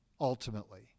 ultimately